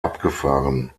abgefahren